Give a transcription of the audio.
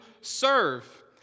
serve